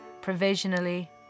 provisionally